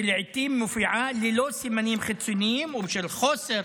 שלעיתים מופיעה ללא סימנים חיצוניים ובשל חוסר